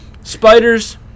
Spiders